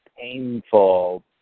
painful